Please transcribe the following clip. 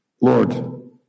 Lord